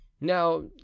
now